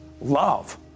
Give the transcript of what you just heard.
love